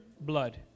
blood